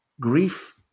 Grief